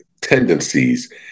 tendencies